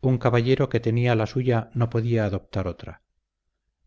un caballero que tenía la suya no podía adoptar otra